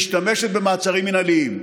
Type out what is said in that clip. שמשתמשת במעצרים מינהליים.